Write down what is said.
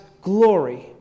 glory